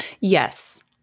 Yes